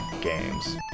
games